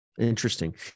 Interesting